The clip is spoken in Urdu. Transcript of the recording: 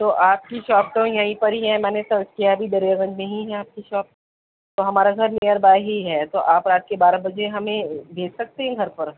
تو آپ کی شاپ تو یہیں پر ہی ہے میں نے سرچ کیا ابھی دریا گنج میں ہی ہے آپ کی شاپ تو ہمارا گھر نیئر بائی ہی ہے تو آپ رات کے بارہ بجے ہمیں بھیج سکتے ہیں گھر پر